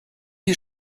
die